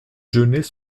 genêts